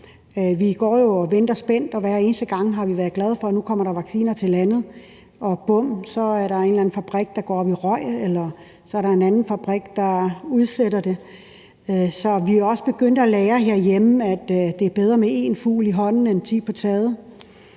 og venter spændt, og hver eneste gang har vi været glade for, at der nu kommer vacciner til landet, og bum, så er der en eller anden fabrik, der går op i røg, eller så er der en anden fabrik, der udsætter det. Så vi er også begyndt at lære herhjemme, at det er bedre med én fugl i hånden end ti på taget.